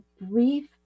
brief